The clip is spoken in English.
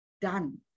done